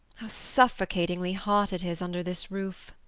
how suffocatingly hot it is under this roof.